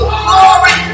glory